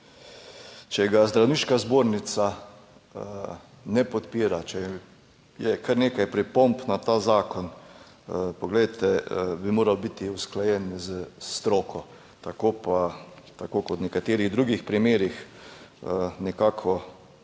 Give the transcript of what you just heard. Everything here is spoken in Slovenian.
če ga Zdravniška zbornica ne podpira, če je kar nekaj pripomb na ta zakon, poglejte, bi moral biti usklajen s stroko, tako kot v nekaterih drugih primerih, nekako